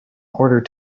order